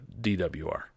DWR